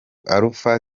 alpha